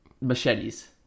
machetes